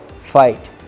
fight